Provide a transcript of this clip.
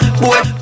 boy